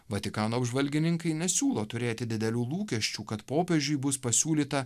vatikano apžvalgininkai nesiūlo turėti didelių lūkesčių kad popiežiui bus pasiūlyta